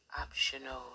optional